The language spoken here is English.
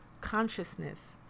consciousness